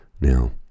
Now